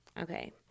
Okay